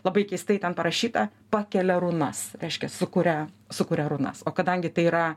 labai keistai ten parašyta pakelia runas reiškia sukuria sukuria runas o kadangi tai yra